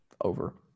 over